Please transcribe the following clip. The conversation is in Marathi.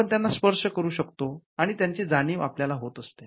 आपण त्यांना स्पर्श करू शकतो आणि त्यांची जाणीव आपल्याला होत असते